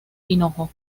hinojo